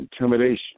intimidation